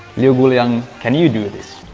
liu guoliang, can you do this?